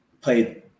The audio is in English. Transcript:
played –